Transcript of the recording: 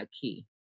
key